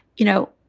you know,